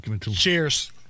Cheers